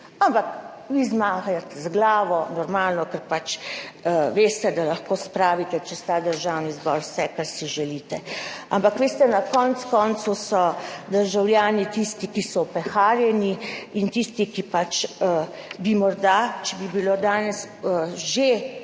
ampak vi zamajate z glavo, normalno, ker pač veste, da lahko spravite čez ta državni zbor vse, kar si želite. Ampak veste, na koncu koncev so državljani tisti, ki so opeharjeni, in tisti, ki pač bi morda, če bi bilo danes že